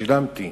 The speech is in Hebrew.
שילמתי,